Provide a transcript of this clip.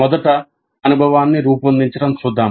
మొదట అనుభవాన్ని రూపొందించడం చూద్దాం